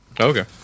Okay